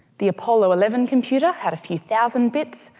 the apollo eleven computer had a few thousand bits,